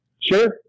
Sure